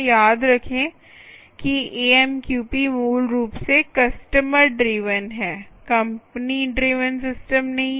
याद रखें कि एएमक्यूपी मूल रूप से कस्टमर ड्रिवन है कंपनी ड्रिवन सिस्टम नहीं है